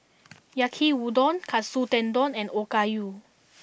Yaki udon Katsu Tendon and Okayu